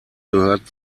gehört